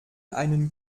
einen